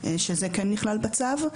שזה כן נכלל בצו.